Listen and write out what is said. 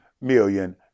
million